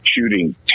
shooting